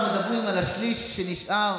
אנחנו מדברים על השליש שנשאר,